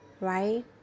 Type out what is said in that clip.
right